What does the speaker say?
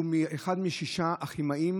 הוא אחד משישת הכימאים